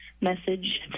message